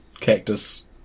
cactus